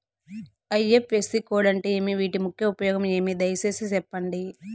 IFSC code అంటే ఏమి? వీటి ముఖ్య ఉపయోగం ఏమి? దయసేసి సెప్పండి?